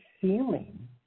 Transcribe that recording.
feeling